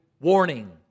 warning